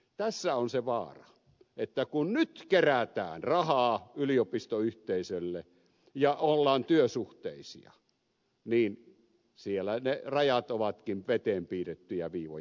tässä on se vaara että kun nyt kerätään rahaa yliopistoyhteisölle ja ollaan työsuhteisia niin siellä ne rajat ovatkin veteen piirrettyjä viivoja